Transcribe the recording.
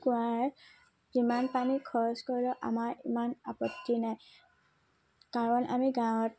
কুঁৱাৰ যিমান পানী খৰচ কৰিলেও আমাৰ ইমান আপত্তি নাই কাৰণ আমি গাঁৱত